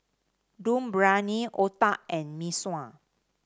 Dum Briyani otah and Mee Sua